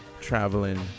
traveling